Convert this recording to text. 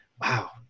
wow